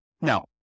No